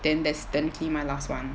then that's technically my last one